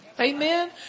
Amen